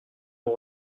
bon